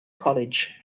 college